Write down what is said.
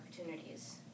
opportunities